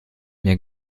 mir